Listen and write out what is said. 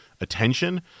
attention